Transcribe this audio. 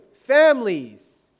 families